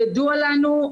ידוע לנו.